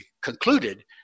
concluded